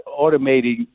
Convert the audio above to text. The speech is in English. automating